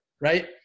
right